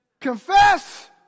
Confess